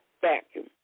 vacuum